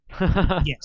Yes